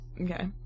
Okay